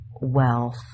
wealth